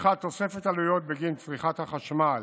האחד, תוספת עלויות בגין צריכת החשמל,